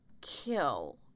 kill